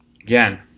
Again